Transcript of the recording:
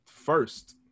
First